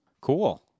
cool